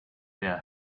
will